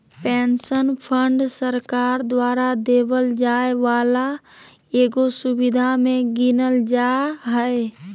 pension fund सरकार द्वारा देवल जाय वाला एगो सुविधा मे गीनल जा हय